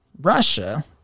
Russia